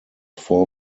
four